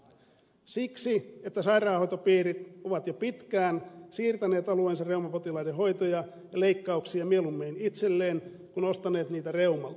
siksi että sairaanhoitopiirit ovat jo pitkään siirtäneet alueensa reumapotilaiden hoitoja ja leikkauksia mieluummin itselleen kuin ostaneet niitä reumalta